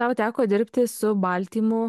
tau teko dirbti su baltymu